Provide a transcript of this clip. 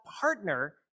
partner